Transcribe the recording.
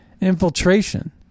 infiltration